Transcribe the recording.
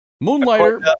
Moonlighter